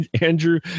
Andrew